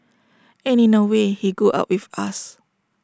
and in A way he grew up with us